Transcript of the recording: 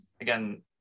again